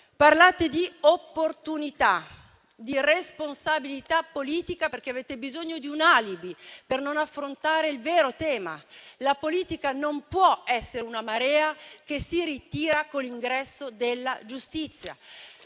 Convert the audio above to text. parlate di opportunità e di responsabilità politica, perché avete bisogno di un alibi per non affrontare il vero tema. La politica non può essere una marea che si ritira con l'ingresso della giustizia,